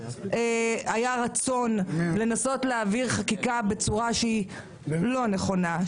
רצון לנסות להעביר חקיקה בצורה שהיא לא נכונה,